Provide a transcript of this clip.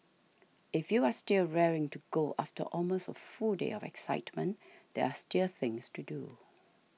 if you are still raring to go after almost a full day of excitement there are still are things to do